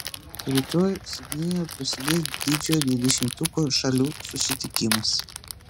rytoj sidnėjuje prasidės didžiojo dvidešimtuko šalių susitikimas